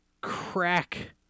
crack